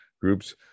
groups